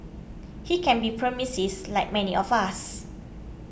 he can be pessimist like many of us